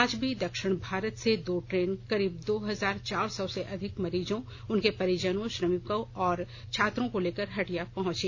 आज भी दक्षिण भारत से दो ट्रेन करीब दो हजार चार सौ से अधिक मरीजों उनके परिजनों श्रमिकों और छात्रों को लेकर हटिया स्टेशन पहुंची